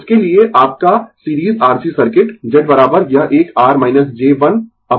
उसके लिए आपका series R C circuit Z यह एक R j 1 अपोन ω c